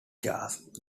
jazz